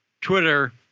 Twitter